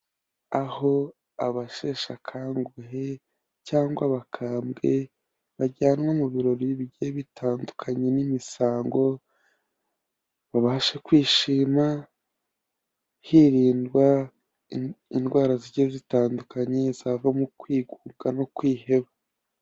Aho abasheshekanguhe cyangwa abakambwe bajyanwa mu birori bigiye bitandukanye n'imisango, babashe kwishima hirindwa indwara zigiye zitandukanye zava mu kwigunga no kwiheba.